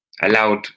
allowed